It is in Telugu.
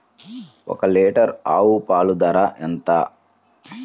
ఒక్క లీటర్ ఆవు పాల ధర ఎంత?